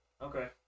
Okay